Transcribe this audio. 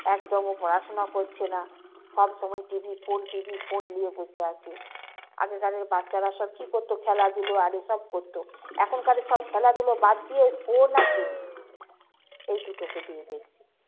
একদম ও পড়াশোনা করছে না সবসময় TV phone TV phone নিয়ে বসে আছে আগেকার বাচ্চারা সব কী করত খেলাধুলো আরে সব করত এখনকার সব খেলাধুলো বাদ দিয়ে ওই ফোন আর টি ভি এই দুটোকে দিয়ে